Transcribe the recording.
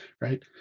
right